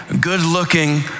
good-looking